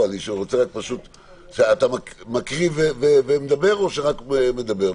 אתה מקריא ומדבר או שרק מדבר?